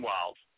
Wild